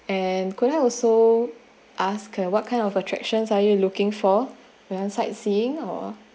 and could I also ask uh what kind of attractions are you looking for went to sightseeing or